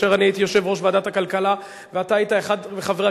כשהייתי יושב-ראש ועדת הכלכלה ואתה היית אחד מחברי